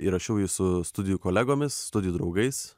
įrašiau jūsų studijų kolegomis studijų draugais